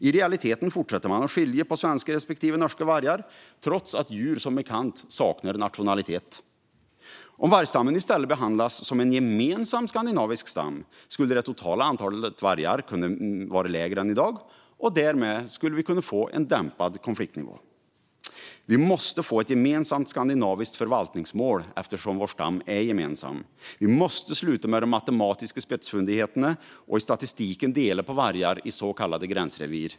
I realiteten fortsätter man att skilja på svenska respektive norska vargar, trots att djur som bekant saknar nationalitet. Om vargstammen i stället skulle behandlas som en gemensam skandinavisk vargstam skulle det totala antalet vargar kunna vara lägre än i dag. Därmed skulle konfliktnivån kunna dämpas. Vi måste få ett gemensamt skandinaviskt förvaltningsmål, eftersom vår stam är gemensam. Vi måste sluta med de matematiska spetsfundigheterna och med att i statistiken dela på vargar som lever i så kallade gränsrevir.